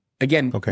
Again